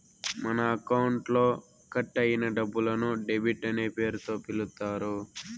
మన అకౌంట్లో కట్ అయిన డబ్బులను డెబిట్ అనే పేరుతో పిలుత్తారు